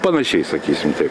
panašiai sakysim taip